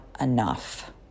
enough